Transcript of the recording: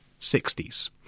60s